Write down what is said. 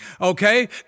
okay